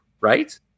right